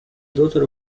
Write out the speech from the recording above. daughter